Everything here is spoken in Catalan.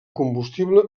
combustible